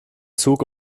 zug